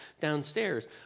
downstairs